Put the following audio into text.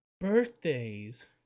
Birthdays